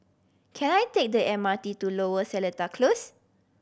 can I take the M R T to Lower Seletar Close